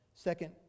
Second